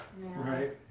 right